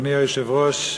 אדוני היושב-ראש,